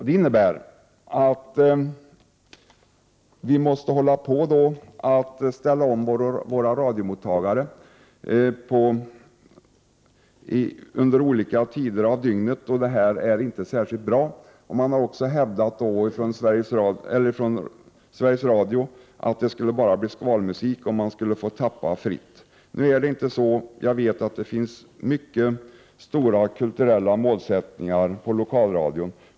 Det innebär att vi måste ställa om våra radiomottagare under olika tider på dygnet, och det är inte särskilt bra. Från Sveriges Radio har det också hävdats att det bara skulle bli skvalmusik om man skulle få tappa fritt. Nu är det inte så. Jag vet att det finns mycket stora kulturella ambitioner på lokalradion.